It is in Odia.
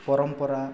ପରମ୍ପରା